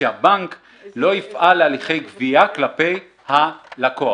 שהבנק לא יפעל בהליכי גבייה כלפי הלקוח.